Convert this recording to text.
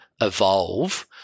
evolve